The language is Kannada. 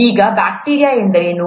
ಈಗ ಬ್ಯಾಕ್ಟೀರಿಯಾ ಎಂದರೇನು